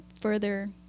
further